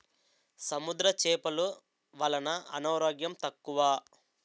సముద్ర చేపలు వలన అనారోగ్యం తక్కువ